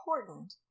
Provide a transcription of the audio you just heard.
important